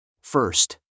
First